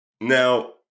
Now